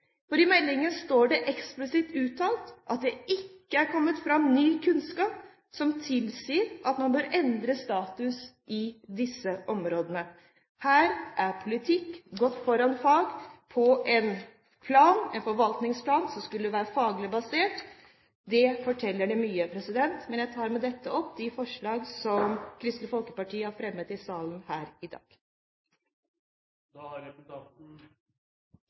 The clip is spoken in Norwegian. salen. I meldingen står det eksplisitt uttalt at det ikke er kommet fram ny kunnskap som tilsier at man bør endre status i disse områdene. Her er politikk gått foran fag og en forvaltningsplan som skulle være faglig basert. Det forteller mye. Jeg tar med dette opp de forslag fra Kristelig Folkeparti som er omdelt i salen her i dag. Representanten Line Henriette Hjemdal har